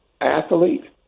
athlete